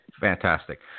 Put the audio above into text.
fantastic